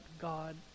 God